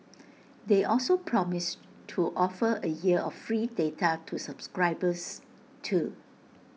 they also promised to offer A year of free data to subscribers too